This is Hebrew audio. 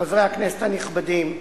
חברי הכנסת הנכבדים,